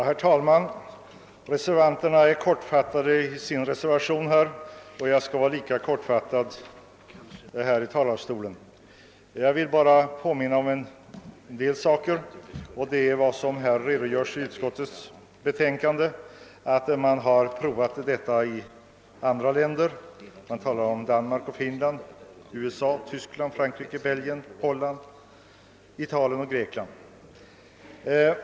Herr talman! Reservationen är kortfattad, och jag skall fatta mig lika kort här i talarstolen. I betänkandet redogörs för att detta system prövats i andra länder. Man nämner Danmark, Finland, USA, Tyskland, Frankrike, Belgien, Holland, Italien och Grekland.